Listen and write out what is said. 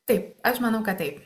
taip aš manau kad taip